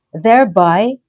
thereby